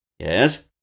Yes